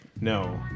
No